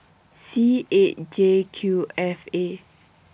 C eight J Q F A